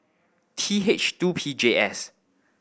T H two P J S